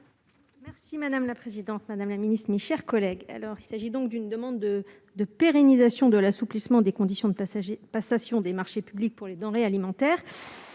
Merci madame la présidente, Madame la Ministre, mes chers collègues, alors il s'agit donc d'une demande de de pérennisation de l'assouplissement des conditions de passagers passation des marchés publics pour les denrées alimentaires,